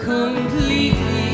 Completely